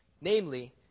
Namely